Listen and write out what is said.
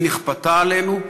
היא נכפתה עלינו.